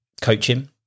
coaching